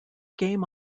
game